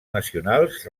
nacionals